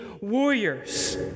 warriors